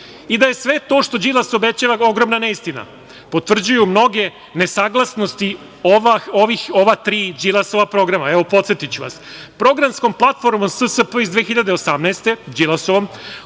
je sve to što Đilas obećava ogromna neistina potvrđuju mnoge nesaglasnosti ova tri Đilasova programa. Evo, podsetiću vas. Programskom platformom SSP iz 2018. godine,